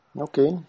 Okay